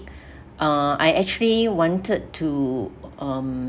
uh I actually wanted to um